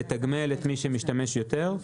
לתגמל את מי שמשתמש יותר.